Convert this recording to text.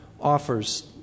offers